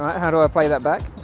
how do i play that back?